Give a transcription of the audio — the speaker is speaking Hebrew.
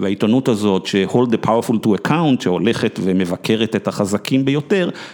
והעיתונות הזאת שהולכת ומבקרת את החזקים ביותר.